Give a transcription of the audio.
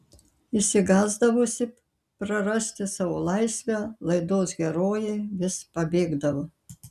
išsigąsdavusi prarasti savo laisvę laidos herojė vis pabėgdavo